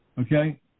Okay